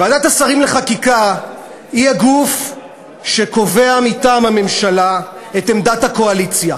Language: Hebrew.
ועדת השרים לחקיקה היא הגוף שקובע מטעם הממשלה את עמדת הקואליציה,